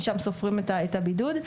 משם סופרים את הבידוד,